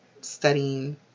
studying